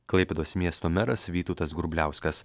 klaipėdos miesto meras vytautas grubliauskas